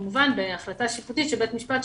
כמובן בהחלטה שיפוטית של בית משפט,